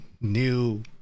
new